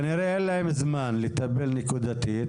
כנראה אין להם זמן לטפל נקודתית,